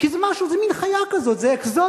כי זה משהו, זה מין חיה כזו, זה אקזוטי.